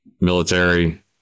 military